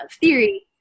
theory